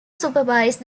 supervised